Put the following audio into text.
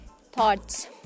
thoughts